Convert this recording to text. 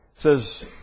says